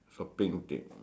shopping tip